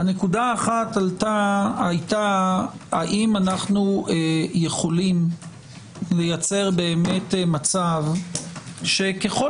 נקודה אחת הייתה האם אנחנו יכולים לייצר באמת מצב שככול